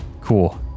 Cool